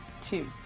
Two